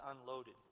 unloaded